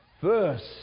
first